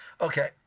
Okay